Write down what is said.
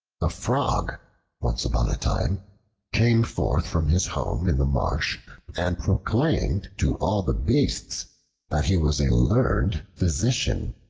a frog once upon a time came forth from his home in the marsh and proclaimed to all the beasts that he was a learned physician,